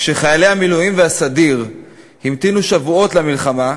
כשחיילי המילואים והסדיר המתינו שבועות למלחמה,